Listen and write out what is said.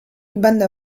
będę